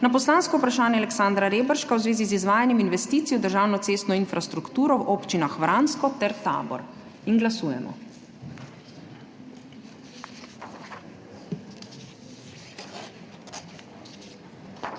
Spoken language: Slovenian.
na poslansko vprašanje Aleksandra Reberška v zvezi z izvajanjem investicij v državno cestno infrastrukturo v občinah Vransko ter Tabor. Glasujemo.